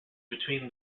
between